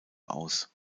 aus